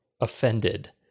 offended